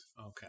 okay